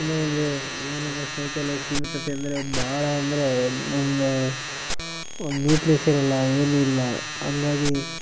ಇನ್ನೂ ಒಂದು ಏನು ಏನಂದರೆ ಶೌಚಾಲಯ ಸೀಮಿತತೆ ಅಂದರೆ ಭಾಳ ಅಂದರೆ ಒಂದು ಒಂದು ಒಂದು ನೀಟ್ನೆಸ್ ಇರೋಲ್ಲ ಏನಿಲ್ಲ ಹಂಗಾಗಿ